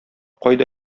кайда